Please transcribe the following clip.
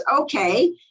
okay